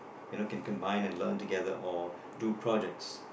yo know can combine and learn together or do projects